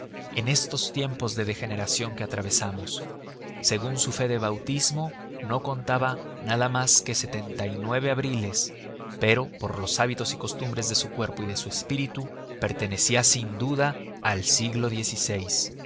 en estos tiempos de degeneración que atravesamos según su fe de bautismo no contaba nada más que setenta y nueve abriles pero por los hábitos y costumbres de su cuerpo y de su espíritu pertenecía sin duda al siglo